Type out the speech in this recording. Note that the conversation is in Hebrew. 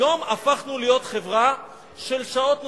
היום הפכנו להיות חברה של שעות נוספות,